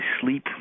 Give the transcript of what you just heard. sleep